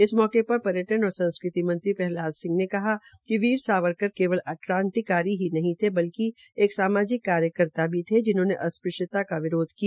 इस अवसर पर पर्यटन और संस्कृति मंत्री प्रहलाद सिंह ने कहा कि वीर सावरकर केवल क्रांतिकारी नहीं नहीं बल्कि एक सामाजिक कार्यकर्ता भी थे जिन्होंने अस्पृश्यता का विरोध किया